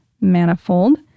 Manifold